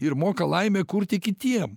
ir moka laimę kurti kitiem